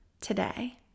today